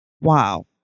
wow